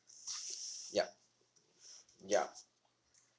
yup yup